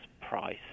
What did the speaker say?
price